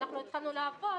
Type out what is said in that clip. אנחנו התחלנו לעבוד